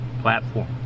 platform